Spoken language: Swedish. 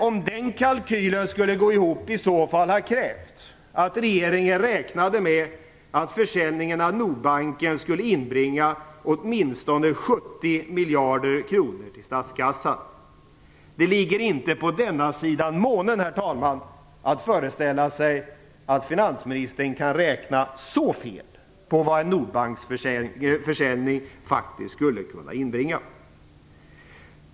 Om den kalkylen skulle gå ihop skulle det i så fall ha krävts att regeringen räknade med att försäljningen av Nordbanken skulle inbringa åtminstone 70 miljarder kronor till statskassan. Det ligger inte på denna sidan månen att föreställa sig att finansministern kan räkna så fel på vad en försäljning av Nordbanken faktiskt skulle kunna inbringa.